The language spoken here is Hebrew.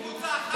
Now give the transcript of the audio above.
הם כולם יכולים,